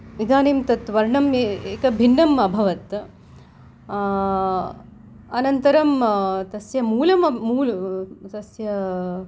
इदानीं तद्वर्णं ए एक भिन्नम् अभवत् अनन्तरं तस्य मूलं मू तस्य